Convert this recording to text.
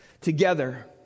together